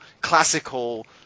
classical